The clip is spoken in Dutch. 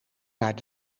naar